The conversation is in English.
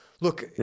look